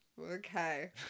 Okay